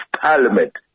parliament